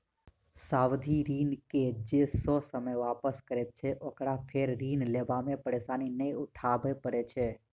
सावधि ऋण के जे ससमय वापस करैत छै, ओकरा फेर ऋण लेबा मे परेशानी नै उठाबय पड़ैत छै